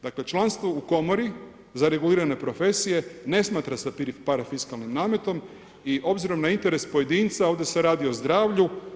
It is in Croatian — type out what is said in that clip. Dakle članstvo u komori za regulirane profesije ne smatra se parafiskalnim nametom i obzirom na interes pojedinca ovdje se radi o zdravlju.